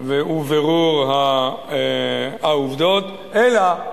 ובירור העובדות, אלא,